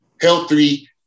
healthy